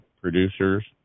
producers